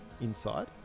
inside